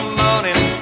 morning